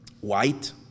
white